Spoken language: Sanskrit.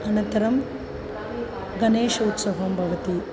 अनन्तरं गणेशोत्सवः भवति